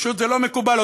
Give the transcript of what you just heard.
פשוט זה לא מקובל,